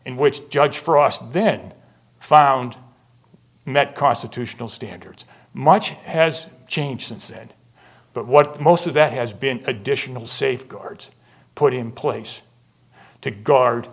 in which judge frost then found that constitutional standards much has changed since then but what most of that has been additional safeguards put in place to